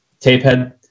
Tapehead